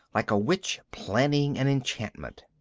like a witch planning an enchantment.